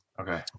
okay